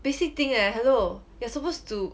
basic thing eh hello you're supposed to